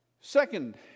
Second